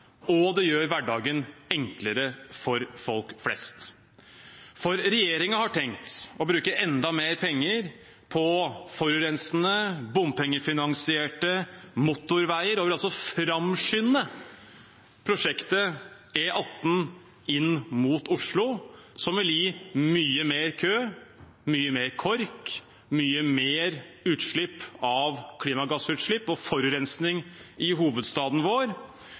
og det gjør hverdagen enklere for folk flest. Regjeringen har tenkt å bruke enda mer penger på forurensende, bompengefinansierte motorveier og vil framskynde prosjektet E18 inn mot Oslo, som vil gi mye mer kø, mye mer kork, mye mer utslipp av klimagasser og forurensing i hovedstaden vår